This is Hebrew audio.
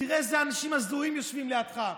תראה איזה אנשים הזויים יושבים לידך.